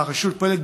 והרשות פועלת,